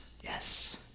Yes